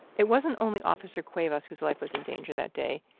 it wasn't only officer cuevas whose life was in danger that day.